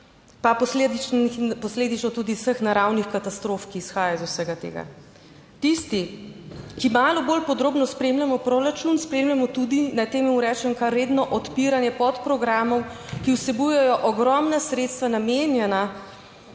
posledično tudi vseh naravnih katastrof, ki izhajajo iz vsega tega. Tisti, ki malo bolj podrobno spremljamo proračun, spremljamo tudi, naj temu rečem, kar redno odpiranje podprogramov, ki vsebujejo ogromna sredstva namenjena